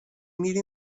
میری